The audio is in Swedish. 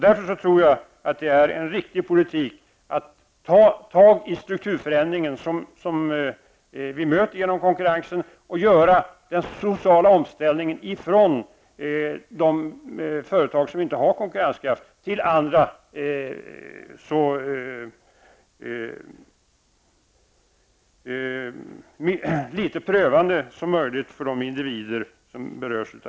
Därför är det en riktig politik att ta tag i den strukturförändring som vi möter genom konkurrensen och att göra den sociala omställning som det innebär att gå över från ett företag som inte har konkurrenskraft till ett annat så lite prövande som möjligt för de individer som berörs.